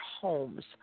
homes